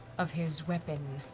of his weapon,